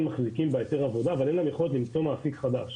מחזיקים על פי דין בהיתר עבודה ואין להם יכולת למצוא מעסיק חדש,